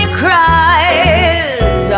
cries